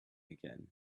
again